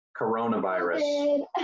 Coronavirus